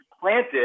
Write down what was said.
planted